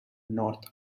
north